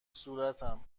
صورتم